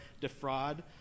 defraud